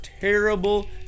terrible